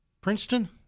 Princeton